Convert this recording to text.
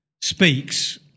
speaks